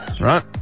right